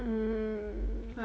um